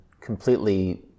completely